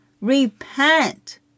Repent